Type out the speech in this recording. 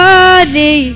Worthy